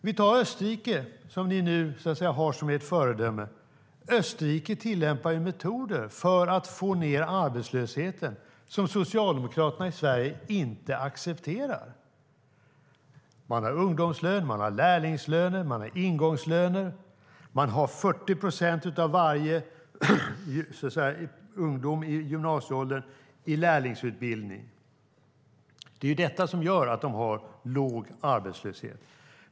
Vi kan ta Österrike, som ni nu har som ert föredöme. Österrike tillämpar metoder för att få ned arbetslösheten som Socialdemokraterna i Sverige inte accepterar. Man har ungdomslöner. Man har lärlingslöner. Man har ingångslöner. 40 procent av ungdomarna i gymnasieåldern är i lärlingsutbildning. Det är detta som gör att de har låg arbetslöshet.